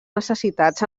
necessitats